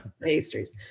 Pastries